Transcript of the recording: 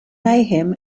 mayhem